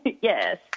Yes